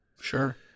sure